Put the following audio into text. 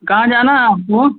कहाँ जाना है आपको